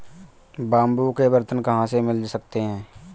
Bamboo के बर्तन कहाँ से मिल सकते हैं?